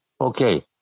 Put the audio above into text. Okay